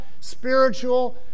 spiritual